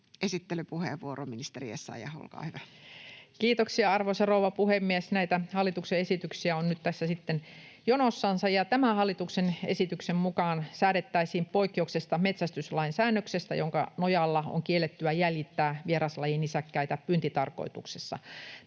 lain muuttamisesta Time: 15:57 Content: Kiitoksia, arvoisa rouva puhemies! Näitä hallituksen esityksiä on nyt tässä sitten jonossansa, ja tämän hallituksen esityksen mukaan säädettäisiin poikkeuksesta metsästyslain säännöksessä, jonka nojalla on kiellettyä jäljittää vieraslajinisäkkäitä pyyntitarkoituksessa.